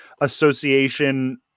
association